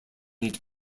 eat